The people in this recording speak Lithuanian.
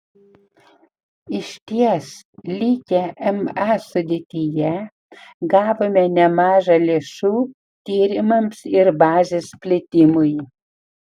išties likę ma sudėtyje gavome nemaža lėšų tyrimams ir bazės plėtimui